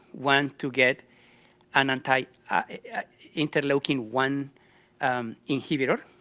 one to get and and interleukin one inhibitor,